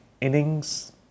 innings